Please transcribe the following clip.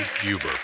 Huber